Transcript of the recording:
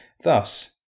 Thus